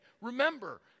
remember